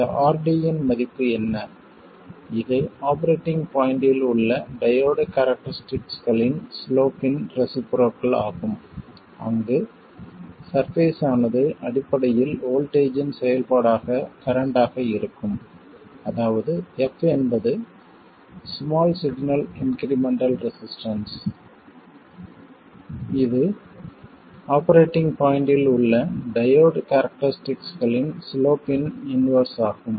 இந்த rd இன் மதிப்பு என்ன இது ஆபரேட்டிங் பாய்ண்ட்டில் உள்ள டையோடு கேரக்டரிஸ்டிக்களின் சிலோப் இன் ரெஸிபுரோக்கள் ஆகும் அங்கு சர்பேஸ் ஆனது அடிப்படையில் வோல்ட்டேஜ்ஜின் செயல்பாடாக கரண்ட் ஆக இருக்கும் அதாவது f என்பது ஸ்மால் சிக்னல் இன்க்ரிமெண்டல் ரெசிஸ்டன்ஸ் இது ஆபரேட்டிங் பாய்ண்ட்டில் உள்ள டையோடு கேரக்டரிஸ்டிக்களின் சிலோப் இன் இன்வெர்ஸ் ஆகும்